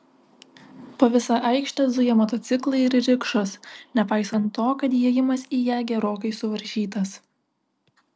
po visą aikštę zuja motociklai ir rikšos nepaisant to kad įėjimas į ją gerokai suvaržytas